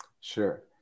Sure